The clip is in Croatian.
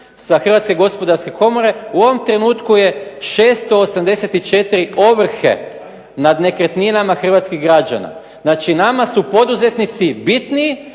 sa Hrvatske gospodarske komore, u ovom trenutku je 684 ovrhe nad nekretninama hrvatskih građana. Znači nama su poduzetnici bitniji,